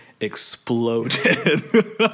exploded